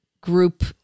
group